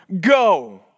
Go